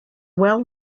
well